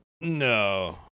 No